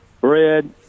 bread